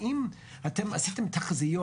האם אתם עשיתם תחזיות